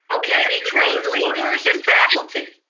okay. between leaders and faculty.